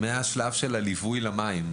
מהשלב של הליווי למים.